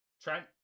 Trent